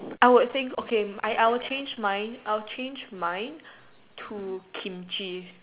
I would think okay I I would change mine I would change mine to Kimchi